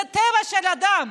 זה הטבע של האדם.